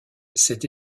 cette